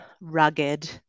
rugged